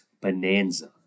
bonanza